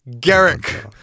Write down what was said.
Garrick